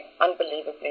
unbelievably